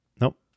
Nope